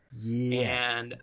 Yes